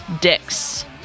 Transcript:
dicks